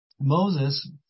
Moses